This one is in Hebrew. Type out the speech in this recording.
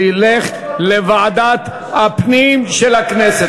זה ילך לוועדת הפנים של הכנסת.